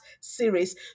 series